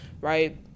right